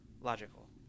logical